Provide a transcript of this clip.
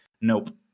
Nope